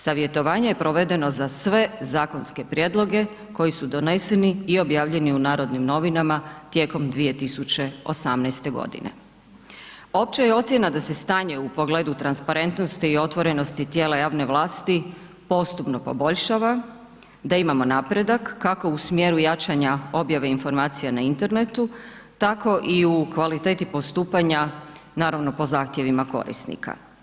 Savjetovanje je provedeno za sve zakonske prijedloge koji su doneseni i objavljeni u Narodnim novinama tijekom 2018.g. Opća je ocjena da se stanje u pogledu transparentnosti i otvorenosti tijela javne vlasti postupno poboljšava, da imamo napredak, kako u smjeru jačanja objave informacija na internetu, tako i u kvaliteti postupanja, naravno po zahtjevima korisnika.